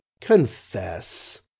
Confess